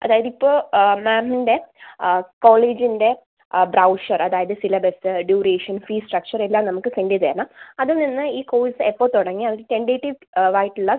അതായത് ഇപ്പോൾ മാമിൻ്റെ കോളേജിൻ്റെ ആ ബ്രൗഷർ അതായത് സിലബസ് ഡ്യൂറേഷൻ ഫീ സ്ട്രക്ച്ചർ എല്ലാം നമ്മൾക്ക് സെൻ്റ് ചെയ്ത് തരണം അതിൽ നിന്ന് ഈ കോഴ്സ് എപ്പോൾ തുടങ്ങി അതിൽ ടെൻറ്റേറ്റീവ് ആയിട്ടുള്ള